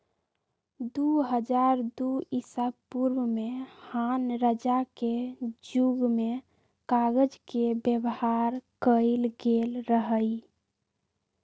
दू हज़ार दू ईसापूर्व में हान रजा के जुग में कागज के व्यवहार कएल गेल रहइ